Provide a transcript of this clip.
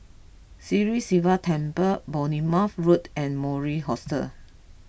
Sri Sivan Temple Bournemouth Road and Mori Hostel